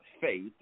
faith